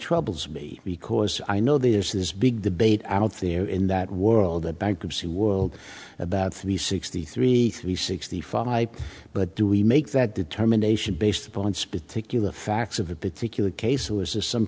troubles me because i know there's this big debate out there in that world that bankruptcy about three sixty three three sixty five but do we make that determination based upon s